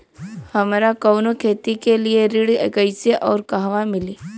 हमरा कवनो खेती के लिये ऋण कइसे अउर कहवा मिली?